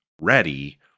ready